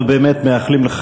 אנחנו באמת מאחלים לך,